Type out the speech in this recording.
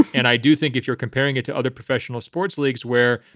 and i do think if you're comparing it to other professional sports leagues where,